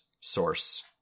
source